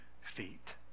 feet